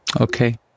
Okay